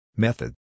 Method